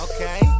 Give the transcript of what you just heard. Okay